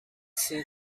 seat